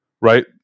right